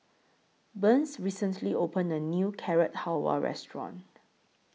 Burns recently opened A New Carrot Halwa Restaurant